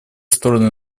стороны